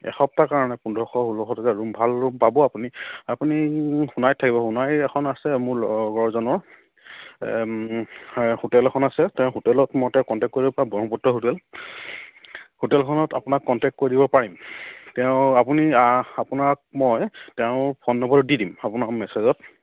এসপ্তাহ কাৰণে পোন্ধৰশ ষোল্লশ টকীয়া ৰুম ভাল ৰুম পাব আপুনি আপুনি সোণাৰীত থাকিব সোণাৰীত এখন আছে মোৰ লগৰজনৰ হোটেল এখন আছে তেওঁ হোটেলত মই তেওঁ কণ্টেক্ট কৰিব ব্ৰহ্মপুত্ৰ হোটেল হোটেলখনত আপোনাক কণ্টেক্ট কৰি দিব পাৰিম তেওঁ আপুনি আপোনাক মই তেওঁৰ ফোন নম্বৰটো দি দিম আপোনাক মেছেজত